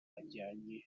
ajyanye